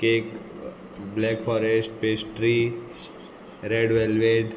cake black forest pastry red velvet